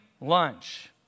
lunch